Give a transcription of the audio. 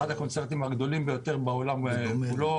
אחד הקונצרנים הגדולים ביותר בעולם כולו.